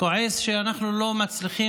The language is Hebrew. לא ברמה הבסיסית